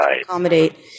accommodate